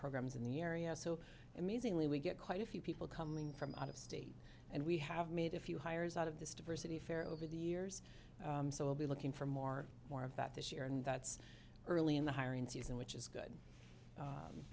programs in the area so amazingly we get quite a few people coming from out of state and we have made a few hires out of this diversity fair over the years so we'll be looking for more more of that this year and that's early in the hiring season which is good